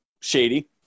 Shady